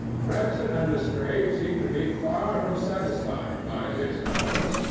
gregson and lestrade seemed to be far from satisfied by this assurance,